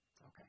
Okay